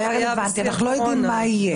זה היה רלוונטי, ואנחנו לא יודעים מה יהיה.